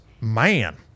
man